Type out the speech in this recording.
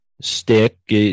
stick